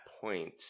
point